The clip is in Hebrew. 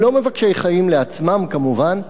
הם לא מבקשי חיים לעצמם, כמובן,